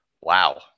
wow